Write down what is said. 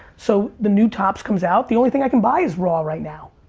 so the new topps comes out, the only thing i can buy is raw right now.